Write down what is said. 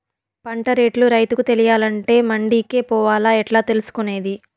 పంట రేట్లు రైతుకు తెలియాలంటే మండి కే పోవాలా? ఎట్లా తెలుసుకొనేది?